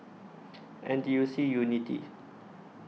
N T U C Unity